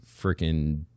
freaking